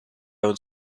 own